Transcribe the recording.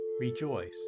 Rejoice